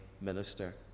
minister